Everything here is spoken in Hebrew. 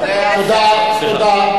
תודה, תודה.